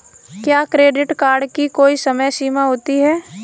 क्या credit card की कोई समय सीमा होती है?